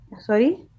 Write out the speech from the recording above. Sorry